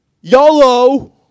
YOLO